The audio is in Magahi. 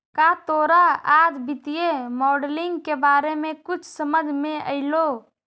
का तोरा आज वित्तीय मॉडलिंग के बारे में कुछ समझ मे अयलो?